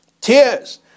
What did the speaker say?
tears